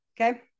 okay